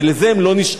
ועל זה הם לא נשאלו.